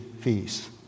fees